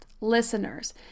listeners